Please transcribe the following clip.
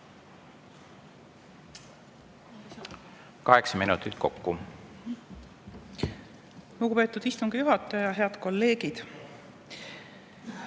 minutit kokku. Lugupeetud istungi juhataja! Head kolleegid!